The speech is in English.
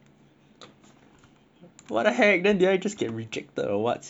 what the heck then I just get rejected or what sia